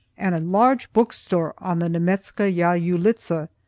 and a large book store on the nemetzka yah ulitza.